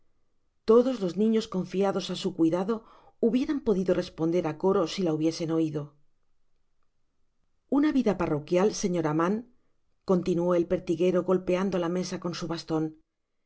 todos los niños confiados á su cuidado hubieran podido responder á coro si la hubiesen oido una vida parroquial señora mann continuó el pertiguero golpeando la mesa con su baston es